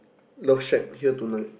love shag here tonight